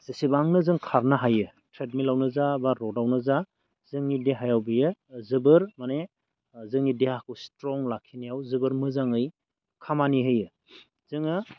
एसेबांनो जों खारनो हायो ट्रेडमिलावनो जा बा रडआवनो जा जोंनि देहायाव बेयो जोबोर माने जोंनि देहाखौ स्ट्रं लाखिनायाव जोबोर मोजाङै खामानि होयो जोङो